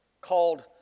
called